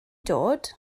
dod